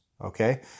Okay